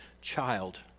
child